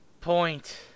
point